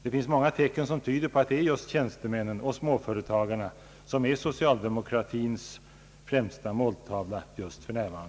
Det finns många tecken som tyder på att det är tjänstemännen och småföretagarna som är socialdemokratins främsta måltavlor för närvarande.